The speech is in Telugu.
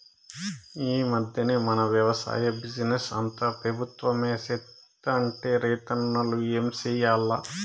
ఈ మధ్దెన మన వెవసాయ బిజినెస్ అంతా పెబుత్వమే సేత్తంటే రైతన్నలు ఏం చేయాల్ల